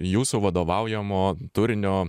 jūsų vadovaujamo turinio